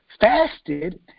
fasted